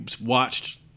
watched